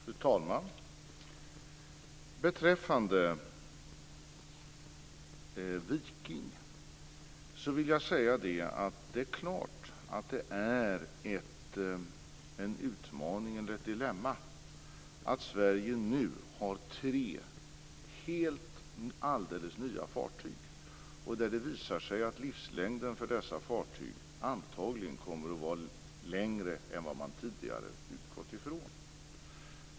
Fru talman! Beträffande Viking vill jag säga att det är klart att det är en utmaning eller ett dilemma att Sverige nu har tre alldeles nya fartyg, där det visar sig att livslängden för dessa fartyg antagligen kommer att vara längre än vad man tidigare utgått från.